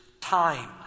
Time